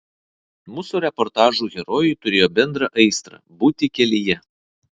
mūsų reportažų herojai turėjo bendrą aistrą būti kelyje